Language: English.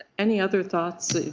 any other thoughts